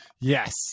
Yes